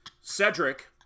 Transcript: Cedric